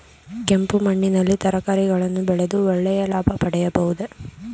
ಕೆಂಪು ಮಣ್ಣಿನಲ್ಲಿ ತರಕಾರಿಗಳನ್ನು ಬೆಳೆದು ಒಳ್ಳೆಯ ಲಾಭ ಪಡೆಯಬಹುದೇ?